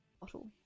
bottle